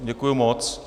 Děkuji moc.